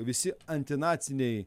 visi antinaciniai